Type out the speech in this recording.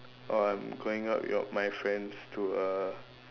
oh I'm going out your my friends to a